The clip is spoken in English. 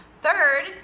third